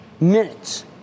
minutes